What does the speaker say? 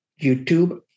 YouTube